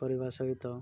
କରିବା ସହିତ